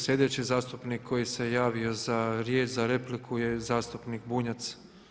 Sljedeći zastupnik koji se javio za riječ za repliku je zastupnik Bunjac.